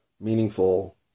meaningful